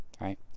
right